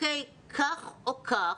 כך או כך,